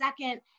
second